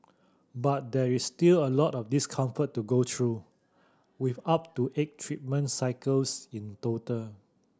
but there is still a lot of discomfort to go through with up to eight treatment cycles in total